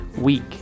week